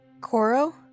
Koro